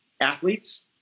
athletes